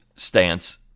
Stance